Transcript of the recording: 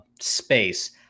space